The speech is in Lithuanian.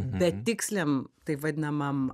betiksliam taip vadinamam